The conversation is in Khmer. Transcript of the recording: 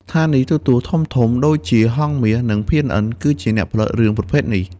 ស្ថានីយទូរទស្សន៍ធំៗដូចជា ហង្សមាស និង PNN គឺជាអ្នកផលិតរឿងប្រភេទនេះ។